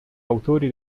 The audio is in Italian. autori